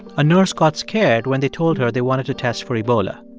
a nurse got scared when they told her they wanted to test for ebola.